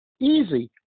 easy